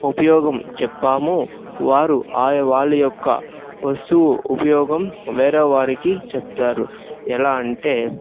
ఉపయోగం చెప్పామో వారు ఆ వాళ్ళు యొక్క వస్తువు ఉపయోగం వేరే వారికి చెప్తారు ఎలా అంటే